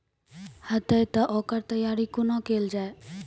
हेतै तअ ओकर तैयारी कुना केल जाय?